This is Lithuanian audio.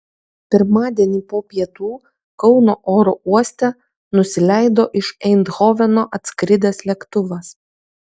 pirmadienį po pietų kauno oro uoste nusileido iš eindhoveno atskridęs lėktuvas